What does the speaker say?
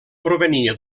provenia